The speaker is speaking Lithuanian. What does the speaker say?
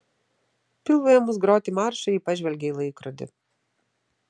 pilvui ėmus groti maršą ji pažvelgė į laikrodį